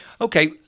Okay